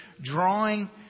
drawing